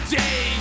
day